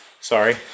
Sorry